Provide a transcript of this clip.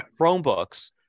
Chromebooks